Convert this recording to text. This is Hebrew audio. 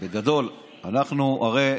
תראה,